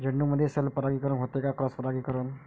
झेंडूमंदी सेल्फ परागीकरन होते का क्रॉस परागीकरन?